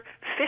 fish